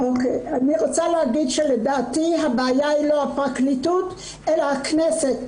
אני רוצה להגיד שלדעתי הבעיה היא לא הפרקליטות אלא הכנסת.